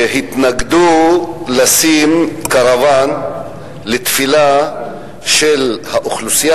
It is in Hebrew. שהתנגדו להצבת קרוון לתפילה של האוכלוסייה